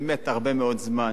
באמת הרבה מאוד זמן